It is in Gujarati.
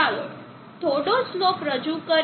ચાલો થોડો સ્લોપ રજૂ કરીએ